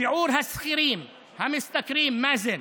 שיעור השכירים המשתכרים, מאזן,